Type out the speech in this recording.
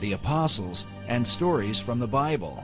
the apostles and stories from the bible